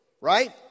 right